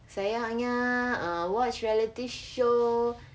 saya hanya uh watch reality show